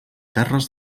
terres